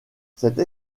cette